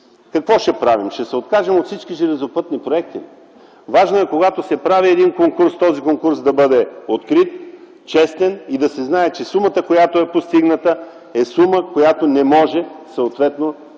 какво ще правим? Ще се откажем от всички железопътни проекти? Важно е, когато се прави един конкурс той да бъде открит, честен и да се знае, че сумата, която е постигната е сума, която не може съответно